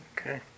Okay